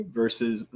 versus